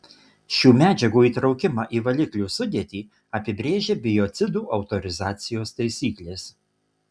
šių medžiagų įtraukimą į valiklių sudėtį apibrėžia biocidų autorizacijos taisyklės